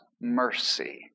mercy